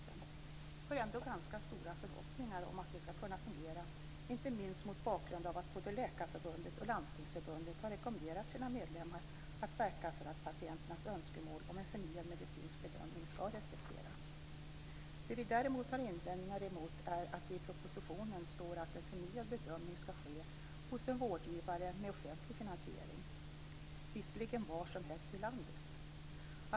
Vi har ändå ganska stora förhoppningar om att det skall kunna fungera, inte minst mot bakgrund av att både Läkarförbundet och Landstingsförbundet har rekommenderat sina medlemmar att verka för att patienternas önskemål om en förnyad medicinsk bedömning skall respekteras. Det vi däremot har invändningar emot är att det i propositionen står att en förnyad bedömning skall ske hos en vårdgivare med offentlig finansiering, visserligen var som helst i landet.